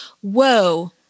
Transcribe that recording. whoa